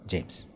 James